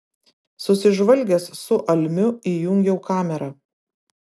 susižvalgęs su almiu įjungiau kamerą